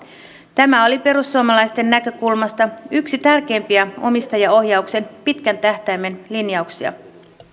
tämä oli perussuomalaisten näkökulmasta yksi tärkeimpiä omistajaohjauksen pitkän tähtäimen linjauksia